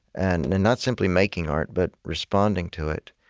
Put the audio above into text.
and and and not simply making art, but responding to it.